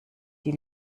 die